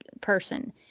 person